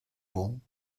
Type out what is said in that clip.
bon